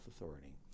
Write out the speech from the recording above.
authority